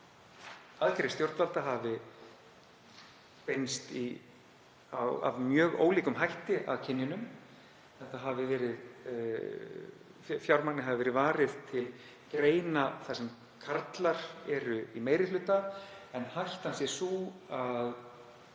aðgerðir stjórnvalda hafi beinst með mjög ólíkum hætti að kynjunum, fjármagni hafi verið varið til greina þar sem karlar eru í meiri hluta, en hættan sé sú að